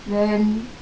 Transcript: then